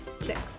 six